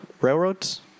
railroads